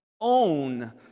own